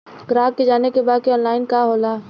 ग्राहक के जाने के बा की ऑनलाइन का होला?